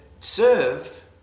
serve